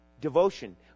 devotion